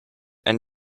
and